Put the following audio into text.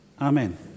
Amen